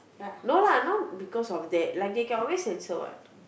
no lah not because of that like they can always censor what